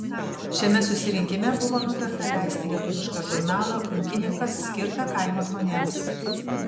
šiame susirinkime buvo nutarta leisti lietuvišką žurnalą ūkininkas skirtą kaimo žmonėms